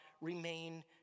remain